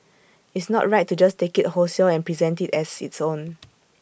it's not right to just take IT wholesale and present IT as its own